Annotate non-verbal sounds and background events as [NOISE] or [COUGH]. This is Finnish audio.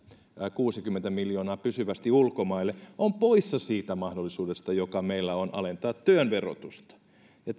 kuusikymmentä miljoonaa pysyvästi ulkomaille on poissa siitä mahdollisuudesta joka meillä on alentaa työn verotusta ja [UNINTELLIGIBLE]